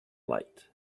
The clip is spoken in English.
light